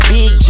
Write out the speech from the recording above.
Big